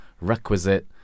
requisite